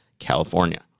California